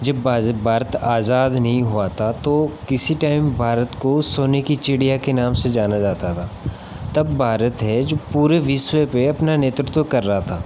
जब जब भारत आजाद नहीं हुआ था तो किसी टाइम भारत को सोने की चिड़िया के नाम से जाना जाता था तब भारत है जो पूरे विश्व पर अपना नेतृत्व कर रहा था